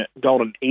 Golden